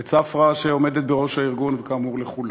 לצפרא, שעומדת בראש הארגון, וכאמור, לכולם.